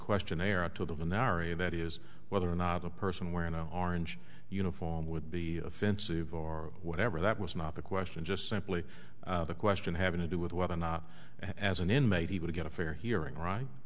questionnaire out to the area that is whether or not a person wearing a orange uniform would be offensive or whatever that was not the question just simply the question having to do with whether or not as an inmate he would get a fair hearing right